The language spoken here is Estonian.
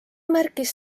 märkis